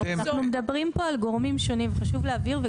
אנחנו מדברים פה על גורמים שונים, חשוב להבהיר.